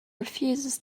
refuses